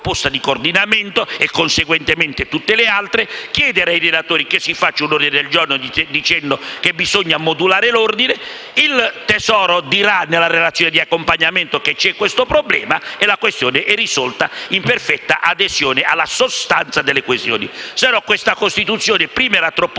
proposta di coordinamento e conseguentemente tutte le altre; chiedere ai relatori che si faccia un ordine del giorno dicendo che bisogna modulare l'ordine; il Tesoro scriva nella relazione di accompagnamento che c'è questo problema e il tutto sarà risolto in perfetta adesione alla sostanza delle questioni. Altrimenti la Costituzione, che prima era troppo